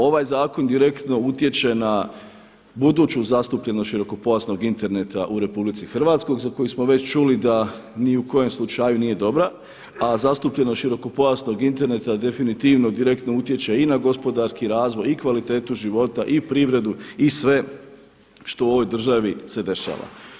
Ovaj zakon direktno utječe na buduću zastupljenost širokopojasnog interneta u RH za koji smo već čuli da ni u kojem slučaju nije dobra, a zastupljenost širokopojasnog interneta definitivno direktno utječe i na gospodarski razvoj, i kvalitetu života, i privredu i sve što u ovoj državi se dešava.